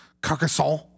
Carcassonne